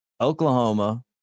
Oklahoma